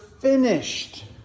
finished